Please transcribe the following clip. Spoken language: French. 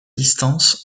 distance